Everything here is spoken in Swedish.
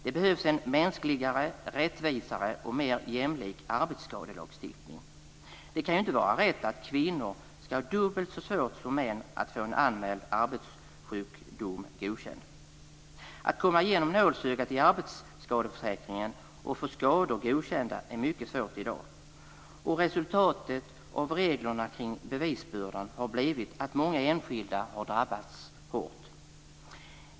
Det behövs en mänskligare, rättvisare och mer jämlik arbetsskadelagstiftning. Det kan inte vara rätt att kvinnor ska ha dubbelt så svårt som män att få en anmäld arbetssjukdom godkänd. Att komma igenom nålsögat i arbetsskadeförsäkringen och få skador godkända är mycket svårt i dag. Resultatet av reglerna kring bevisbördan har blivit att många enskilda har drabbats hårt.